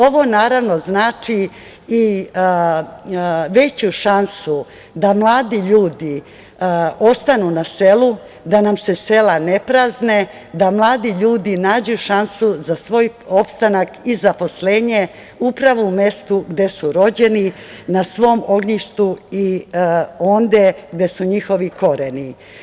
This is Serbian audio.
Ovo naravno znači i veću šansu da mladi ljudi ostanu na selu, da nam se sela ne prazne, da mladi ljudi nađu šansu za svoj opstanak i zaposlenje upravo u mestu gde su rođeni, na svom ognjištu i onde gde su njihovi koreni.